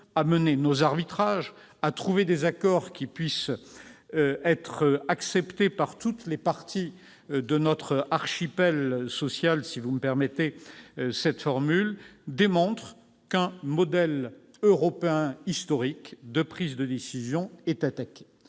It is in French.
à mener nos arbitrages, à trouver des accords qui puissent être acceptés par toutes les parties de notre « archipel social »- si vous me permettez cette formule -démontrent qu'un modèle européen historique de prise de décision est attaqué.